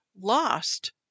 lost